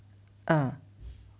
ah